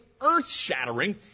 earth-shattering